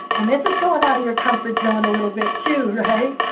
and this is going out of your comfort zone a little bit, too, right?